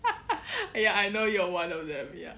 ya I know you're one of them ya